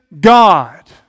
God